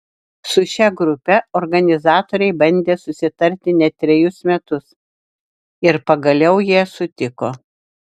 su šia grupe organizatoriai bandė susitarti net trejus metus ir pagaliau jie sutiko